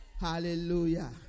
Hallelujah